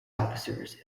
officers